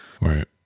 right